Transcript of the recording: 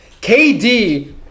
KD